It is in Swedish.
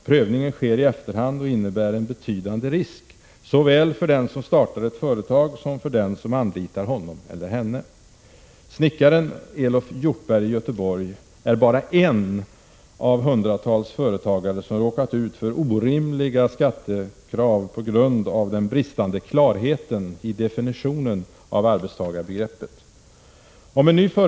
Prövningen sker i efterhand och innebär en'betydande risk, såväl för den som startar ett företag som för den som anlitar honom eller henne. Snickaren Elof Hjortberg i Göteborg är bara en av hundratals företagare som råkat ut för orimliga skattekrav på grund av den bristande klarheten i definitionen av arbetstagarbegreppet.